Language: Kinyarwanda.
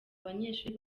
abanyeshuri